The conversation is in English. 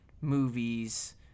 movies